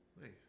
Nice